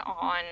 on